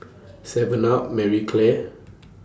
Seven up Marie Claire